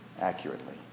accurately